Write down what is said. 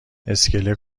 اسکله